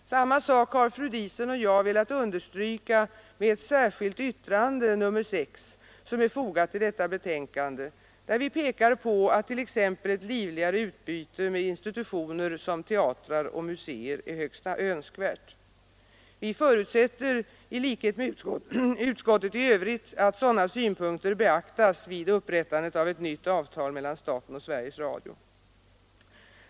Samma sak har fru Diesen och jag velat understryka med ett särskilt yttrande, nr 6, som är fogat till detta betänkande. Vi pekar där på att t.ex. ett livligare utbyte med institutioner som teatrar och museer är högst önskvärt. Vi förutsätter, i likhet med utskottet i övrigt, att sådana synpunkter beaktas vid upprättandet av ett nytt avtal mellan staten och Sveriges Radio.